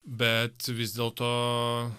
bet vis dėlto